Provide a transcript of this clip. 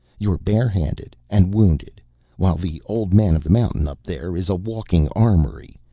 you're bare-handed and wounded while the old man of the mountain up there is a walking armory,